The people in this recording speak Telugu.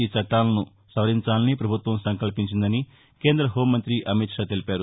సీ చట్లాలను సవరించాలని ప్రభుత్వం సంకల్పించిందని కేంద్ర హోంమంతి అమిత్షా తెలిపారు